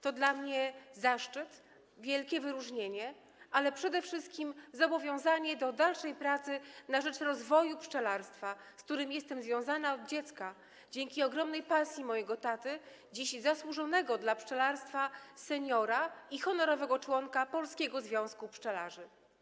To dla mnie zaszczyt, wielkie wyróżnienie, ale przede wszystkim zobowiązanie do dalszej pracy na rzecz rozwoju pszczelarstwa, z którym jestem związana od dziecka dzięki ogromnej pasji mojego taty, dziś zasłużonego dla pszczelarstwa seniora i honorowego członka Polskiego Związku Pszczelarzy.